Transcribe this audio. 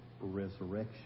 resurrection